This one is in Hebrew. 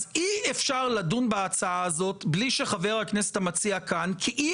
אז אי אפשר לדון בהצעה הזו בלי שחבר הכנסת המציע נמצא כאן כי אי